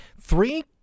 three